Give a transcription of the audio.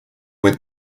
with